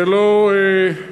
זה לא סתם,